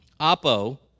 Apo